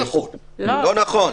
לא נכון.